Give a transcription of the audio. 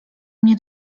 mnie